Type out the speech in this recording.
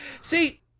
see